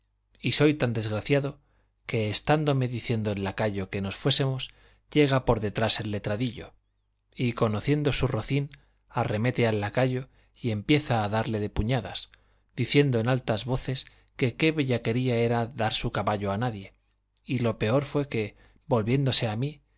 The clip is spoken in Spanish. y soy tan desgraciado que estándome diciendo el lacayo que nos fuésemos llega por detrás el letradillo y conociendo su rocín arremete al lacayo y empieza a darle de puñadas diciendo en altas voces que qué bellaquería era dar su caballo a nadie y lo peor fue que volviéndose a mí